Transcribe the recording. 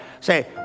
Say